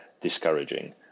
discouraging